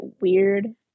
weird